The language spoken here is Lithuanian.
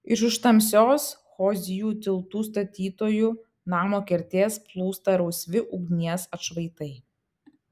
iš už tamsios hozijų tiltų statytojų namo kertės plūsta rausvi ugnies atšvaitai